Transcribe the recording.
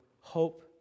Hope